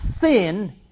sin